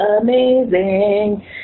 amazing